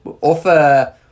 offer